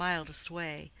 in the mildest way,